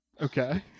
okay